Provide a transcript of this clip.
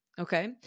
Okay